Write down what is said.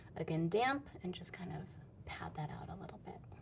again damp, and just kind of pat that out a little bit.